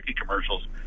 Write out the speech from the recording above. commercials